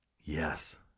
Yes